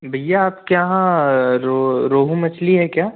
भईया आपके यहाँ रोहू मछली है क्या